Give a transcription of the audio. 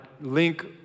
link